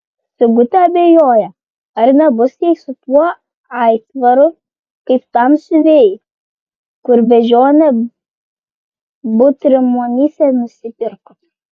sigutė abejoja ar nebus jai su tuo aitvaru kaip tam siuvėjui kur beždžionę butrimonyse nusipirko